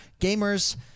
gamers